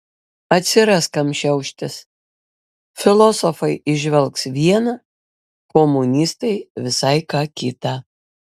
atsiras kam šiauštis filosofai įžvelgs viena komunistai visai ką kita